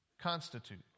constitute